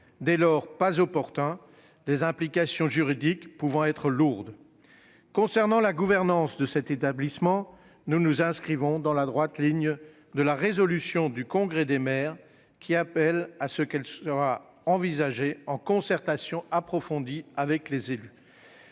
dès lors, pas opportun, les implications juridiques pouvant être lourdes. Concernant la gouvernance de cet établissement, nous nous inscrivons dans la droite ligne de la résolution du Congrès des maires, qui appelle à ce que son évolution soit envisagée en concertation approfondie avec les élus.